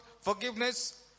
forgiveness